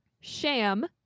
Sham